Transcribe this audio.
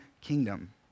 kingdom